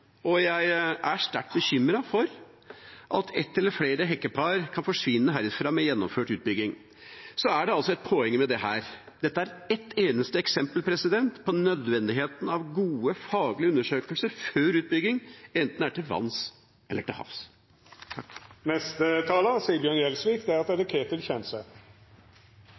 filmprodusent. Jeg kjenner dens krav til leveområde, og jeg er sterkt bekymret for at ett eller flere hekkepar kan forsvinne herfra med gjennomført utbygging. Så hva er poenget med dette? Jo, dette er ett eksempel på nødvendigheten av gode faglige undersøkelser før utbygging, enten det er til vanns eller til havs.